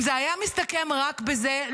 אם זה היה מסתכם רק בזה,